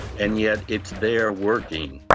and yet it's there working.